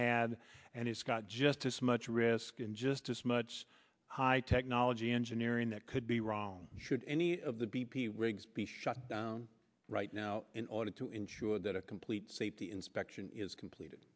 had and it's got just as much risk in just as much high technology engineering that could be wrong should any of the b p rigs be shut down right now in order to ensure that a complete safety inspection is completed